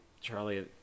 Charlie